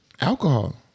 Alcohol